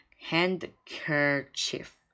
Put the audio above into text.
handkerchief